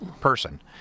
person